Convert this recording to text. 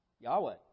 Yahweh